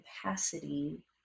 capacity